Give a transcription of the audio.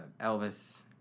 Elvis